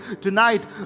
tonight